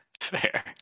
Fair